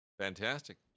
Fantastic